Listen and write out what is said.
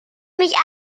mich